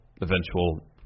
eventual